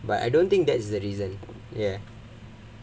but I don't think that's the reason ya